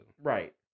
Right